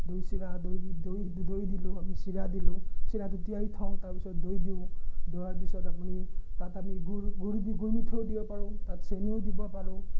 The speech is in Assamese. দৈ চিৰা দৈ দৈ দৈ দিলোঁ আমি চিৰা দিলোঁ চিৰাটো তিয়াই থওঁ তাৰপিছত দৈ দিওঁ দিয়াৰ পিছত আমি তাত আমি গুৰ গুৰ গুৰ মিঠৈও দিব পাৰোঁ তাত চেনিও দিব পাৰোঁ